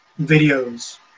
videos